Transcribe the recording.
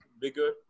bigger